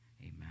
Amen